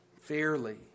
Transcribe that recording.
fairly